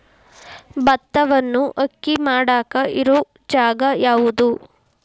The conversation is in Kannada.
ಭತ್ತವನ್ನು ಅಕ್ಕಿ ಮಾಡಾಕ ಇರು ಜಾಗ ಯಾವುದು?